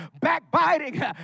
backbiting